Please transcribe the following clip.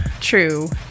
true